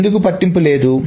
ఎందుకు పట్టింపు లేదు